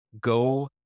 go